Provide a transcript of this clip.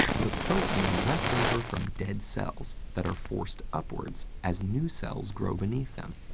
the protein leftover from dead cells that are forced upwards as new cells grow beneath them.